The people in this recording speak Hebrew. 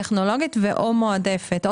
טכנולוגית ו/או מועדפת.